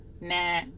nah